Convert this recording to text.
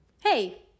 Hey